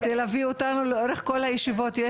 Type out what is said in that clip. את תלווי אותנו לאורך כל הישיבות,